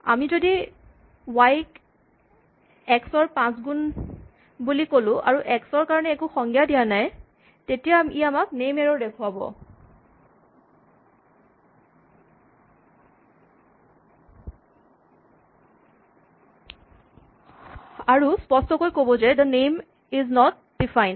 যদি আমি ৱাই ক এক্স ৰ পাঁচ গুণ বুলি ক'লো আৰু এক্স ৰ কাৰণে একো সংজ্ঞা দিয়া নাই তেতিয়া ই আমাক নেম এৰ'ৰ দেখাব আৰু স্পষ্টকৈ ক'ব যে the name X is not ডিফান্ড